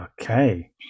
okay